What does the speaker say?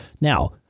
Now